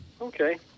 Okay